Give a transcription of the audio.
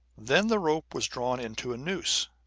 then the rope was drawn into a noose,